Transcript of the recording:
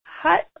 Hi